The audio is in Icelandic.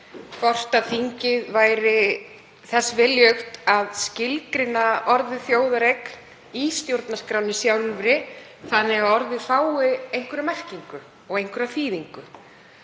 hvort þingið væri viljugt til að skilgreina orðið þjóðareign í stjórnarskránni sjálfri þannig að orðið fái einhverja merkingu, einhverja þýðingu,